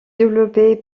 développé